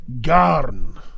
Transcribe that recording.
Garn